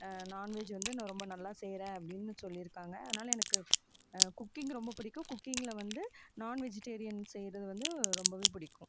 non veg வந்து நா ரொம்ப நல்லா செய்கிறேன் அப்படின்னு சொல்லியிருக்காங்க அதனால் எனக்கு குக்கிங் ரொம்ப பிடிக்கும் குக்கிங்கில் வந்து நான்வெஜிடேரியன் செய்யறது வந்து ரொம்பவே பிடிக்கும்